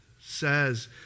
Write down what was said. says